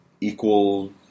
equal